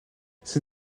ces